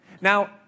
Now